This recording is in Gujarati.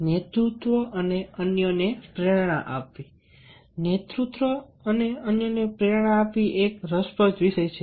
નેતૃત્વ અને અન્યને પ્રેરિત કરવા એ એક રસપ્રદ વિષય છે